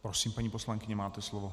Prosím, paní poslankyně, máte slovo.